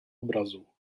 obrazu